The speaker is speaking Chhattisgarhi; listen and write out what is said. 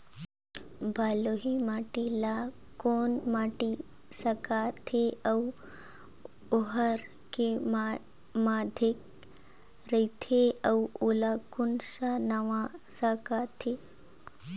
बलुही माटी ला कौन माटी सकथे अउ ओहार के माधेक राथे अउ ओला कौन का नाव सकथे?